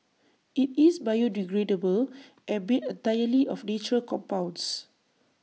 IT is biodegradable and made entirely of natural compounds